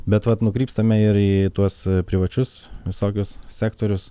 bet vat nukrypstame ir į tuos privačius visokius sektorius